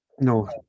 No